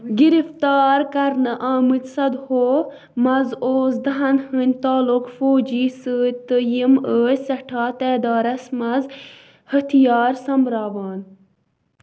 گِرِفتار کَرنہٕ آمٕتۍ سداہَو منٛزٕ اوس دَہن ہٕنٛدۍ تعلُق فوجی سۭتۍ تہٕ یِم ٲس سٮ۪ٹھاہ تعدادس منٛز ہتھیار سوٚمبراوان